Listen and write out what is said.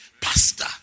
pastor